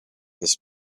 this